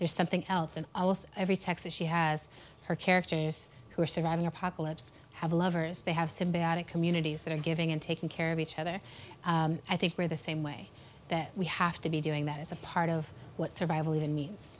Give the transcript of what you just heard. there's something else in every texas she has her characters who are surviving apocalypse have lovers they have symbiotic communities that are giving and taking care of each other i think we're the same way that we have to be doing that is a part of what survival even mea